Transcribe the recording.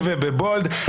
-- וב-Bold.